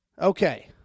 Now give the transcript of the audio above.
Okay